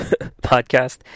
podcast